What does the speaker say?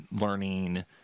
Learning